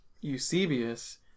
Eusebius